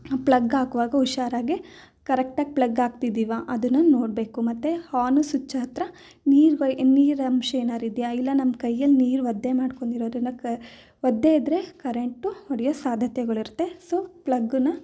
plug ಹಾಕ್ವಾಗ ಹುಷಾರಾಗಿ ಕರೆಕ್ಟಾಗಿ ಪ್ಲಗ್ ಹಾಕ್ತಿದ್ದೀವ ಅದನ್ನು ನೋಡಬೇಕು ಮತ್ತೆ ಹಾನು ಸುಚ್ ಹತ್ತಿರ ನೀರು ನೀರು ಅಂಶ ಏನಾದ್ರು ಇದೆಯಾ ಇಲ್ಲ ನಮ್ಮ ಕೈಯ್ಯಲ್ಲಿ ನೀರು ಒದ್ದೆ ಮಾಡ್ಕೊಂಡಿರೋದರಿಂದ ಕ ಒದ್ದೆ ಇದ್ದರೆ ಕರೆಂಟು ಹೊಡೆಯೋ ಸಾಧ್ಯತೆಗಳಿರುತ್ತೆ ಸೊ ಪ್ಲಗ್ನ